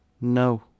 No